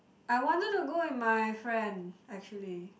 I wanted to go with my friend actually